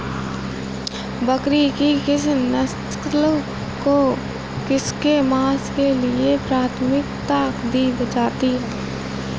बकरी की किस नस्ल को इसके मांस के लिए प्राथमिकता दी जाती है?